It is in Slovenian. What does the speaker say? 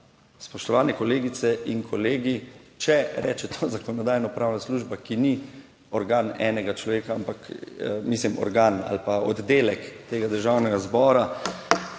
Spoštovane kolegice in kolegi, če reče to Zakonodajno-pravna služba, ki ni organ enega človeka, ampak mislim organ ali pa oddelek tega Državnega zbora,